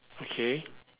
okay